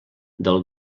del